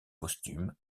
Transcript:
posthume